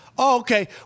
Okay